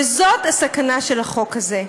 וזאת הסכנה של החוק הזה.